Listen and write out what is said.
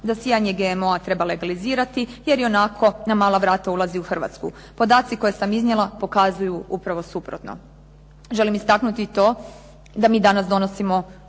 da sijanje GMO-a treba legalizirati, jer ionako na mala vrata ulazi u Hrvatsku. Podaci koje sam iznijela pokazuju upravo suprotno. Želim istaknuti i to da mi danas donosimo odluke